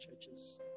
churches